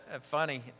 funny